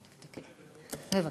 בבקשה.